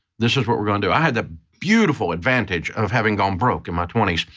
this is what we're gonna do. i had the beautiful advantage of having gone broke in my twenty s.